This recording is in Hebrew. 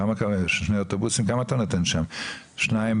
כמה קווים אתה נותן שם, שני אוטובוסים?